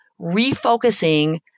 refocusing